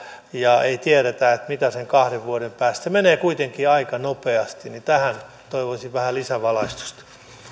ja ei tiedetä mitä on sen kahden vuoden päästä se menee kuitenkin aika nopeasti niin tähän toivoisin vähän lisävalaistusta sitten